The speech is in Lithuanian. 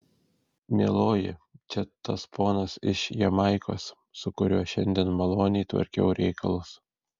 mieloji čia tas ponas iš jamaikos su kuriuo šiandien maloniai tvarkiau reikalus